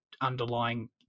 underlying